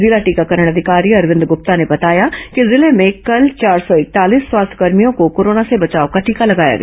जिला टीकाकरण अधिकारी अरविंद गुप्ता ने बताया कि जिले में कल चार सौ इकतालीस स्वास्थ्यकर्मियों को कोरोना से बचाव का टीका लगाया गया